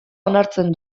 onartzen